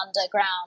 underground